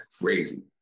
crazy